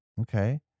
Okay